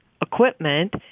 equipment